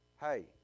Hey